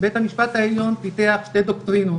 לא פעם בשנתיים,